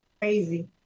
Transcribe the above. Crazy